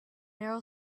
narrow